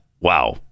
Wow